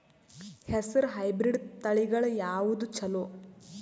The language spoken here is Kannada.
ಹೆಸರ ಹೈಬ್ರಿಡ್ ತಳಿಗಳ ಯಾವದು ಚಲೋ?